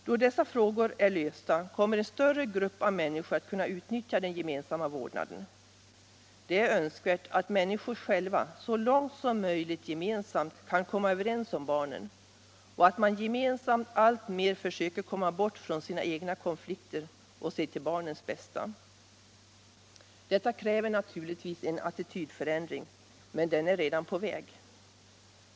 Då dessa frågor är lösta kommer en större grupp av människor att utnyttja den gemensamma vårdnaden. Det är önskvärt att föräldrar själva så långt som möjligt gemensamt kan komma överens om barnen och att man gemensamt alltmer försöker komma bort från sina egna konflikter och se till barnens bästa. Detta kräver naturligtvis en attitydförändring, men den är redan på väg.